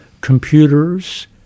computers